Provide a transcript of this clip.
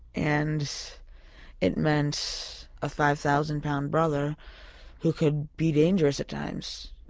and it meant a five thousand pound brother who could be dangerous at times